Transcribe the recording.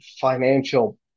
financial